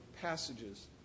passages